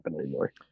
anymore